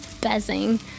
buzzing